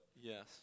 yes